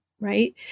Right